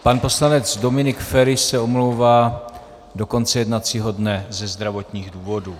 Pan poslanec Dominik Feri se omlouvá do konce jednacího dne ze zdravotních důvodů.